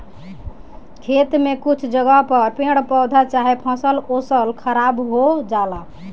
खेत में कुछ जगह पर पेड़ पौधा चाहे फसल ओसल खराब हो जाला